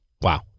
Wow